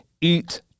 Eat